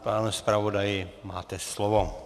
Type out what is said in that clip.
Pane zpravodaji, máte slovo.